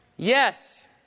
Yes